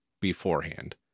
beforehand